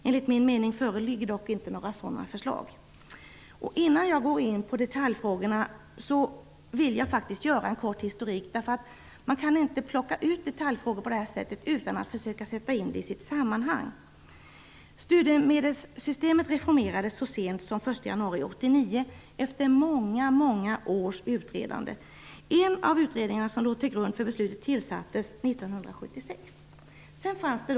Enligt min mening föreligger dock inte några sådana förslag. Innan jag går in på detaljfrågorna vill jag ge en kort historik, för man kan inte plocka ut detaljfrågor utan att försöka att sätta in dem i sitt sammanhang. Studiemedelssystemet reformerades efter många års utredande så sent som den 1 januari 1989. En av de utredningar som låg till grund för beslutet tillsattes 1976.